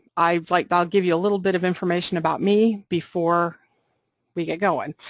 i'll like i'll give you a little bit of information about me before we get going.